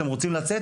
אתם רוצים לצאת?